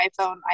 iPhone